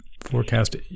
forecast